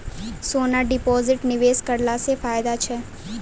सोना deposit निवेश करला से फैदा छै?